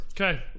Okay